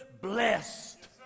blessed